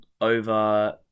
over